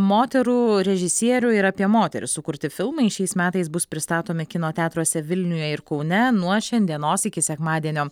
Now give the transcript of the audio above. moterų režisierių ir apie moteris sukurti filmai šiais metais bus pristatomi kino teatruose vilniuje ir kaune nuo šiandienos iki sekmadienio